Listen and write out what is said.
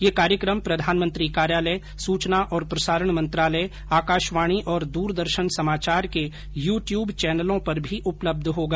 यह कार्यक्रम प्रधानमंत्री कार्यालय सूचना और प्रसारण मंत्रालय आकाशवाणी और द्रदर्शन समाचार के यू ट्यूब चैनलों पर भी उपलब्ध होगा